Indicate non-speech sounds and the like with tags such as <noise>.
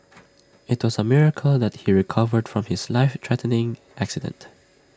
<noise> IT was A miracle that he recovered from his life threatening accident